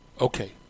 Okay